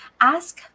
Ask